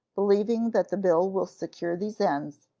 believing that the bill will secure these ends,